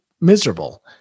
miserable